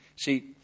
See